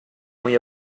muy